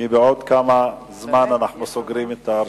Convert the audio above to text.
כי בעוד כמה זמן אנחנו סוגרים את הרשימות.